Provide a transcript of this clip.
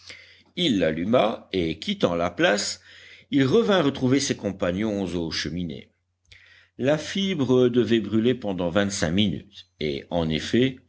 il l'alluma et quittant la place il revint retrouver ses compagnons aux cheminées la fibre devait brûler pendant vingt-cinq minutes et en effet